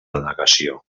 denegació